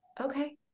okay